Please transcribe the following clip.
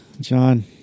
John